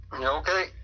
Okay